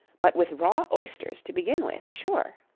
but with raw oysters to begin with sure